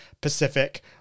Pacific